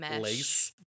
lace